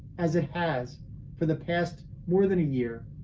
as it has for the past more than a year.